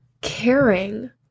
caring